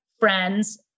friends